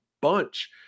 bunch